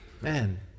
Man